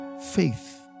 Faith